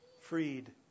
freed